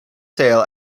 sale